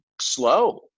Slow